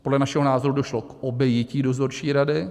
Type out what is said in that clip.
Podle našeho názoru došlo k obejití dozorčí rady.